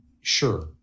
Sure